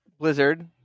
Blizzard